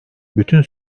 bütün